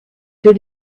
did